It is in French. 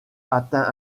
atteint